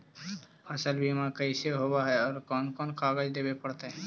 फसल बिमा कैसे होब है और कोन कोन कागज देबे पड़तै है?